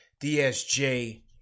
DSJ